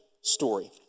story